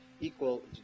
equal